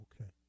okay